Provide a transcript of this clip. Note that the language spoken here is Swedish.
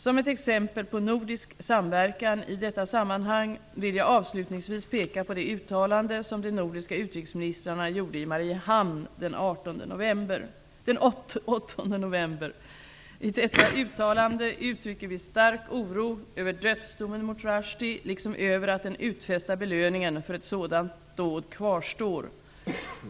Som ett exempel på nordisk samverkan i detta sammanhang vill jag avslutningsvis peka på det uttalande som de nordiska utrikesministrarna gjorde i Mariehamn den 8 november. I detta uttalande uttrycker vi stark oro över dödsdomen mot Rushdie liksom över att den utfästa belöningen för ett sådant dåd kvarstår.